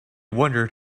wondered